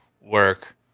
work